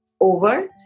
over